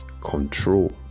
control